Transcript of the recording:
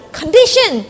condition